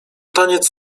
taniec